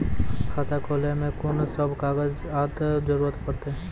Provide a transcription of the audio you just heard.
खाता खोलै मे कून सब कागजात जरूरत परतै?